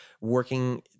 working